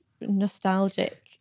nostalgic